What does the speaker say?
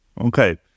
Okay